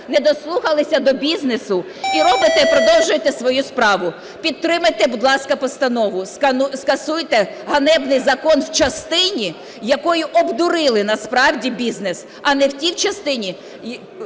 недослухалися до бізнесу і робите, і продовжуєте свою справу. Підтримайте, будь ласка, постанову, скасуйте ганебний закон в частині, якою обдурили насправді бізнес, а не в тій частині,